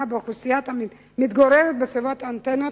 באוכלוסייה המתגוררת בסביבת האנטנות,